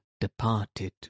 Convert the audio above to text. departed